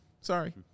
Sorry